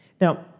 Now